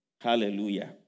Hallelujah